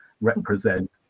represent